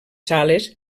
sales